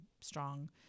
strong